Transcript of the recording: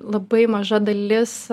labai maža dalis